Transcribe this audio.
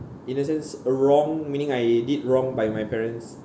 in a sense wrong meaning I did wrong by my parents